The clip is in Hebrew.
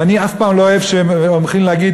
ואני אף פעם לא אוהב שמתחילים להגיד